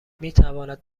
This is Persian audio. میتواند